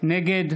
נגד